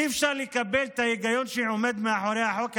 אי-אפשר לקבל את ההיגיון שעומד מאחורי החוק הזה.